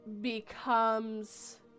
becomes